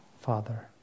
Father